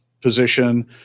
position